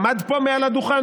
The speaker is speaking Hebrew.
עמד פה מעל הדוכן,